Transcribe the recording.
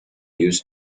used